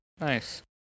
Nice